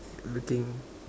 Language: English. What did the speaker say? looking